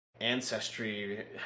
ancestry